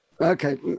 Okay